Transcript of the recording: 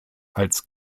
als